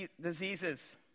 diseases